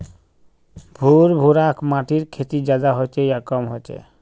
भुर भुरा माटिर खेती ज्यादा होचे या कम होचए?